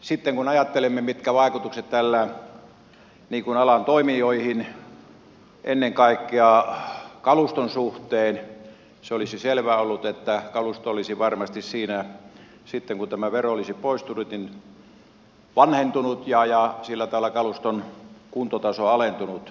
sitten kun ajattelemme mitkä vaikutukset tällä on alan toimijoihin ennen kaikkea kaluston suhteen se olisi selvää ollut että kalusto olisi varmasti sitten kun tämä vero olisi poistunut vanhentunut ja sillä tavalla kaluston kuntotaso alentunut